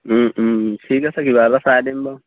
ঠিক আছে কিবা এটা চাই দিম বাৰু